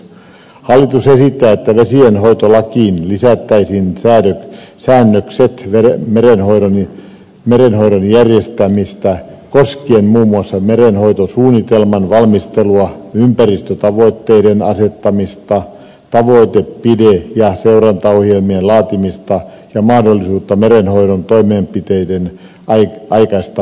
hallitus esittää että vesienhoitolakiin lisättäisiin säännökset merenhoidon järjestämisestä koskien muun muassa merenhoitosuunnitelman valmistelua ympäristötavoitteiden asettamista tavoite toimenpide ja seurantaohjelmien laatimista ja merenhoidon toimenpiteiden aikaistamisen mahdollisuutta